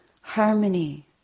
harmony